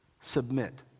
Submit